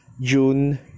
June